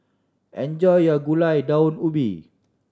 enjoy your Gulai Daun Ubi